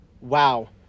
wow